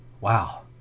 Wow